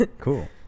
Cool